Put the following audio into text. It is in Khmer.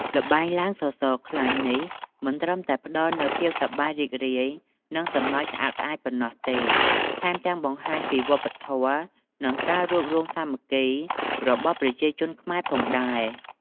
ល្បែងឡើងសសរខ្លាញ់នេះមិនត្រឹមតែផ្ដល់នូវភាពសប្បាយរីករាយ និងសំណើចក្អាកក្អាយប៉ុណ្ណោះទេ ថែមទាំងបង្ហាញពីវប្បធម៌ និងការរួបរួមសាមគ្គីរបស់ប្រជាជនខ្មែរផងដែរ។